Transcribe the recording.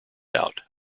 out